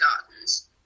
gardens